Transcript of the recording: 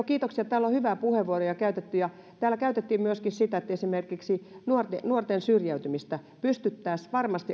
kiitoksia täällä on hyviä puheenvuoroja käytetty täällä puhuttiin myöskin siitä että esimerkiksi nuorten syrjäytymistä pystyttäisiin varmasti